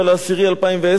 אם אתם צריכים את המקור.